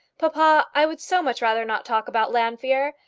papa, i would so much rather not talk about llanfeare.